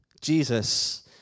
Jesus